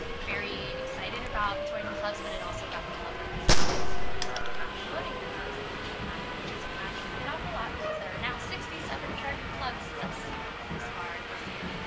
very excited about joining clubs but it also got the club representatives more excited about promoting their clubs which has actually paid off a lot because there are now sixty seven charter clubs thus this far of this year.